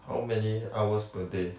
how many hours per day